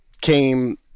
came